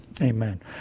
Amen